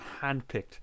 handpicked